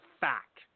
fact